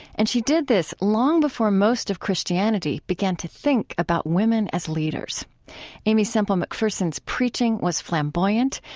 and she did this long before most of christianity began to think about women as leaders aimee semple mcpherson's preaching was flamboyant,